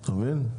אתה מבין?